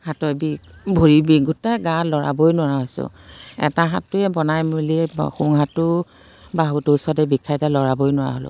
হাতৰ বিষ ভৰিৰ বিষ গোটেই গা ল'ৰাবই নোৱাৰা হৈছোঁ এটা হাতটোৱে বনাই মেলিয়ে সোঁহাতো বাহুটোৰ ওচৰতে বিষায় লৰাবই নোৱাৰা হ'লোঁ